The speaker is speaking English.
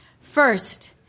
First